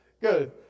good